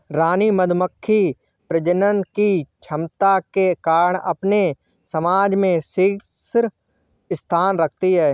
रानी मधुमक्खी प्रजनन की क्षमता के कारण अपने समाज में शीर्ष स्थान रखती है